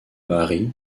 harry